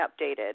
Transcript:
updated